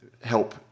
help